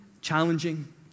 challenging